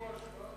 זו השוואה?